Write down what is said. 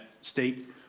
state